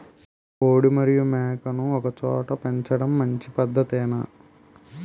కోడి మరియు మేక ను ఒకేచోట పెంచడం మంచి పద్ధతేనా?